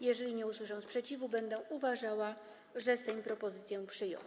Jeżeli nie usłyszę sprzeciwu, będę uważała, że Sejm propozycję przyjął.